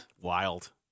wild